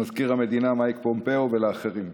למזכיר המדינה מייק פומפאו ולאחרים.